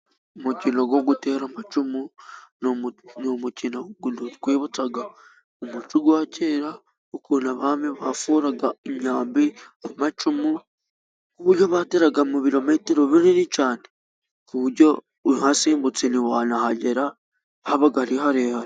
Umukino wo gutera amacumu ni umukino utwibutsa umuco wa kera, ukuntu abami baforaga imyambi, amacumu, n'uburyo bateraga mu birometero binini cyane ku buryo uhasimbutse ntiwanahagera habaga ari harehare.